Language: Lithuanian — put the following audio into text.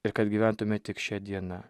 ir kad gyventumėme tik šia diena